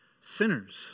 sinners